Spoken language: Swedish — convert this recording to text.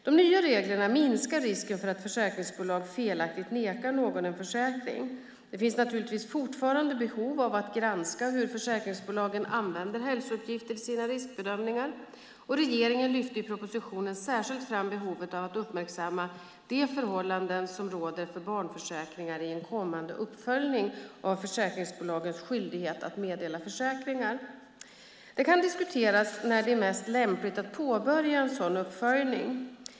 De nya reglerna minskar risken för att försäkringsbolag felaktigt nekar någon en försäkring. Det finns naturligtvis fortfarande behov av att granska hur försäkringsbolagen använder hälsouppgifter i sina riskbedömningar. Regeringen lyfte i propositionen särskilt fram behovet av att uppmärksamma de förhållanden som råder för barnförsäkringar i en kommande uppföljning av försäkringsbolagens skyldighet att meddela försäkringar. Det kan diskuteras när det är mest lämpligt att påbörja en sådan uppföljning.